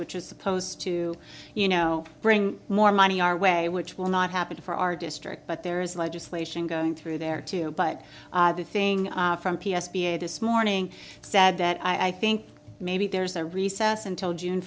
which is supposed to you know bring more money our way which will not happen for our district but there is legislation going through there too but the thing from p s p a this morning said that i think maybe there's a recess until june